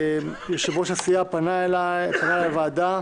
יושב-ראש הסיעה פנה לוועדה,